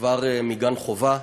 כבר מגן חובה,